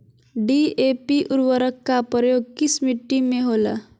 DAP उर्वरक का प्रयोग किस मिट्टी में होला?